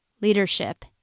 leadership